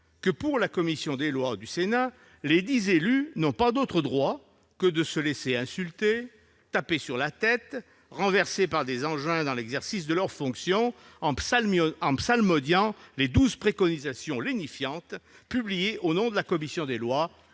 que pour la commission des lois du Sénat, lesdits élus n'ont pas d'autre droit que de se laisser insulter, taper sur la tête, renverser par des engins dans l'exercice de leurs fonctions en psalmodiant les douze « préconisations » lénifiantes publiées au nom de la commission, en